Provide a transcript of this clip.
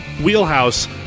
wheelhouse